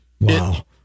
wow